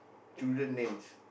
children names